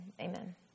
amen